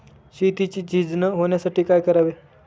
शेतीची झीज न होण्यासाठी काय करावे?